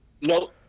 No